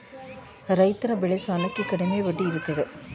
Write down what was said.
ರೈತರ ಬೆಳೆ ಸಾಲಕ್ಕೆ ಕಡಿಮೆ ಬಡ್ಡಿ ಇರುತ್ತದೆ